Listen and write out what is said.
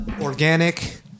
organic